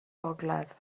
gogledd